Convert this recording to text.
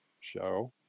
show